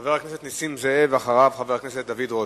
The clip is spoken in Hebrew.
חבר הכנסת נסים זאב, ואחריו, חבר הכנסת דוד רותם.